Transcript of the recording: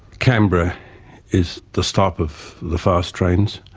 canberra is the stop of the fast trains.